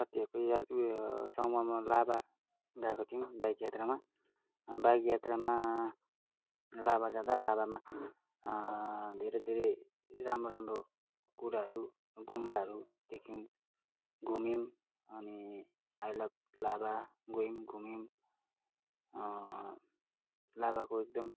साथीहरूको यात्रा उयो समूहमा लाभा गएको थियौँ बाइक यात्रामा बाइक यात्रामा लाभा जाँदा लाभामा धेरै धेरै राम्रो राम्रो कुराहरू गुम्बाहरू देख्यौँ घुम्यौँ अनि आई लभ लाभा गयौँ घुम्यौँ लाभाको एकदम